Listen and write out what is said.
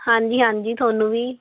ਹਾਂਜੀ ਹਾਂਜੀ ਤੁਹਾਨੂੰ ਵੀ